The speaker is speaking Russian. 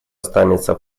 останется